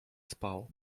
spał